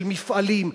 של מפעלים,